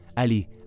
Allez